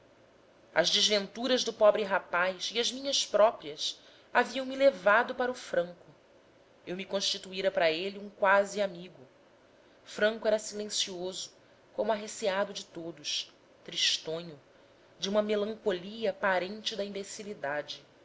as desventuras do pobre rapaz e as minhas próprias haviam me levado para o franco eu me constituíra para ele um quase amigo franco era silencioso como arreceado de todos tristonho de uma melancolia parente da imbecilidade